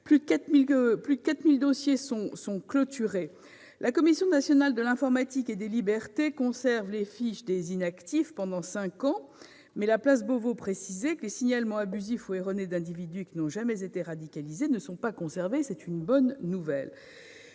Plus de 4 000 dossiers sont clos. La Commission nationale de l'informatique et des libertés conserve les fiches des « inactifs » pendant cinq ans, mais la place Beauvau précise que « les signalements abusifs ou erronés d'individus qui n'ont jamais été radicalisés ne sont pas conservés dans le fichier ».